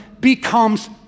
becomes